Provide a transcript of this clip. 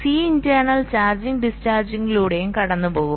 അതിനാൽ Cinternal charging ഡിസ്ചാർജിംഗിലൂടെയും കടന്നുപോകും